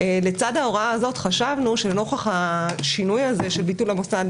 לצד ההוראה הזאת חשבנו שנוכח השינוי הזה של ביטול המוסד